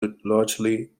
largely